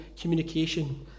communication